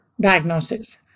diagnosis